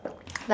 like